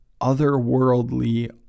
otherworldly